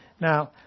Now